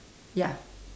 ya